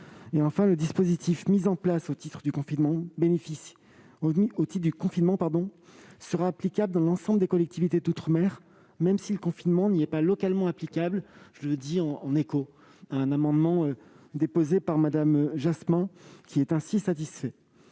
Enfin, le dispositif mis en place au titre du confinement sera applicable dans l'ensemble des collectivités d'outre-mer, même si le confinement n'y est pas localement applicable : je le dis en réponse à l'amendement n° 729 rectifié de Mme Jasmin, qui se voit ainsi satisfait.